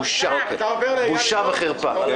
בושה וחרפה.